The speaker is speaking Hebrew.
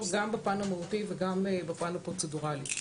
גם בפן המהותי וגם בפן הפרוצדורלי.